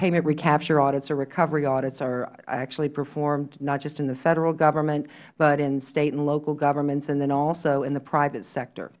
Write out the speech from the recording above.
payment recapture audits or recovery audits are actually performed not just in the federal government but in state and local governments and also in the private sector